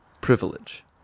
Privilege